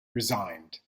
resigned